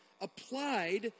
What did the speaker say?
applied